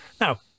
Now